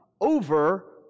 over